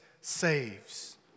saves